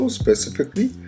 specifically